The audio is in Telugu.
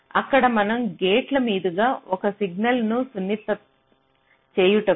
అక్కడ మనం గేట్ల మీదుగా ఒక సిగ్నల్ను సున్నితం చేయుటకు